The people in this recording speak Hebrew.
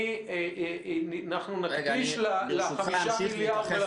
אנחנו נקדיש ל-5 מיליארד ולתוכנית עוד דיונים.